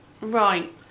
Right